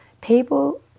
People